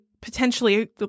potentially